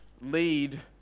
lead